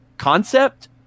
concept